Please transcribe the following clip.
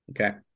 Okay